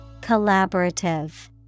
Collaborative